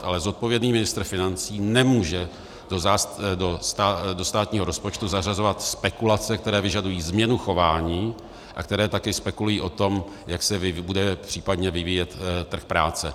Ale zodpovědný ministr financí nemůže do státního rozpočtu zařazovat spekulace, které vyžadují změnu chování a které také spekulují o tom, jak se bude případně vyvíjet trh práce.